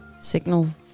Signal